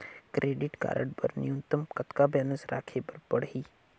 Credit card बर न्यूनतम कतका बैलेंस राखे बर पड़ही?